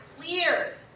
clear